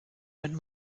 wenn